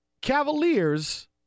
Cavaliers